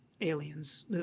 aliens